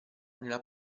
nella